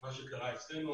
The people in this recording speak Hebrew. מה שקרה אצלנו,